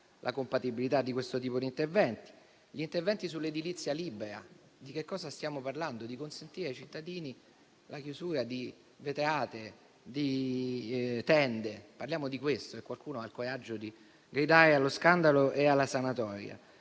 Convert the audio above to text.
la compatibilità di questo tipo di interventi. Con gli interventi sull'edilizia libera, stiamo parlando di consentire ai cittadini la chiusura di vetrate e tende. Parliamo di questo e qualcuno ha il coraggio di gridare allo scandalo e alla sanatoria.